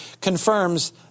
confirms